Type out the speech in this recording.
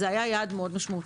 זה היה יעד מאוד משמעותי,